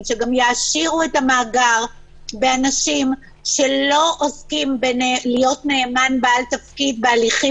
שגם יעשירו את המאגר באנשים שלא עוסקים בלהיות נאמן בעל תפקיד בהליכי